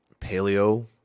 paleo